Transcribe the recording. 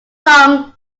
long